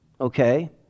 Okay